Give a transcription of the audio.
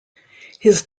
his